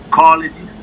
college